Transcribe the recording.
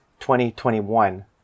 2021